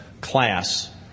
class